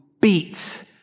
beat